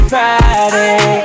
Friday